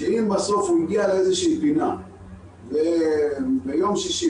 שאם בסוף הוא הגיע לאיזושהי פינה וביום שישי